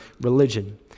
religion